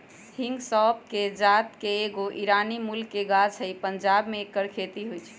हिंग सौफ़ कें जात के एगो ईरानी मूल के गाछ हइ पंजाब में ऐकर खेती होई छै